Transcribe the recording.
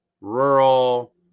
rural